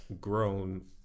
grown